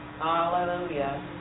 Hallelujah